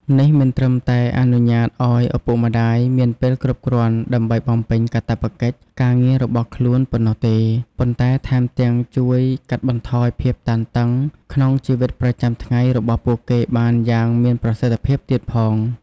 នេះមិនត្រឹមតែអនុញ្ញាតឱ្យឪពុកម្ដាយមានពេលគ្រប់គ្រាន់ដើម្បីបំពេញកាតព្វកិច្ចការងាររបស់ខ្លួនប៉ុណ្ណោះទេ ប៉ុន្តែថែមទាំងជួយកាត់បន្ថយភាពតានតឹងក្នុងជីវិតប្រចាំថ្ងៃរបស់ពួកគាត់បានយ៉ាងមានប្រសិទ្ធភាពទៀតផង។